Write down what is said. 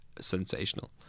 sensational